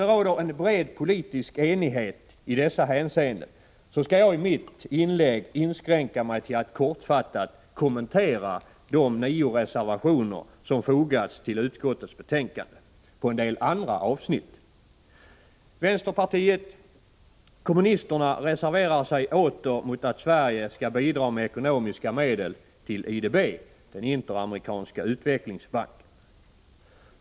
Det råder en bred politisk enighet i dessa hänseenden, och jag skall därför i mitt inlägg inskränka mig till att kortfattat kommentera de nio reservationer rörande vissa andra avsnitt som fogats till utskottets betänkande. Vänsterpartiet kommunisterna reserverar sig åter mot att Sverige skall lämna ekonomiskt bidrag till IDB, den interamerikanska utvecklingsban ken.